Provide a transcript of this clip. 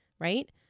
right